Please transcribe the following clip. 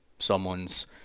someone's